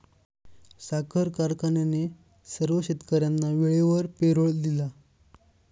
साखर कारखान्याने सर्व शेतकर्यांना वेळेवर पेरोल दिला